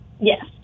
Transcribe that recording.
Yes